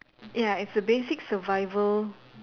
ya it's a basic survival